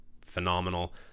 phenomenal